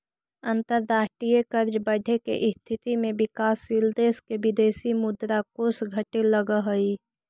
अंतरराष्ट्रीय कर्ज बढ़े के स्थिति में विकासशील देश के विदेशी मुद्रा कोष घटे लगऽ हई